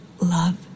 love